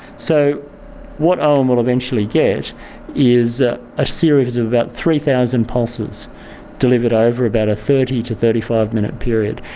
so what owen will eventually get is ah a series of about three thousand pulses delivered over about a thirty to thirty five minute period,